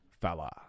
fella